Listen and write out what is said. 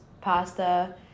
pasta